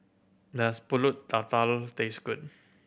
does Pulut Tatal taste good